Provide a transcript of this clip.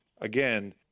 again